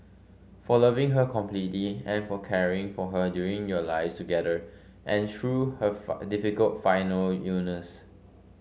for loving her completely and for caring for her during your lives together and through her difficult final illness